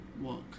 work